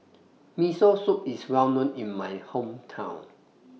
Miso Soup IS Well known in My Hometown